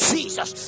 Jesus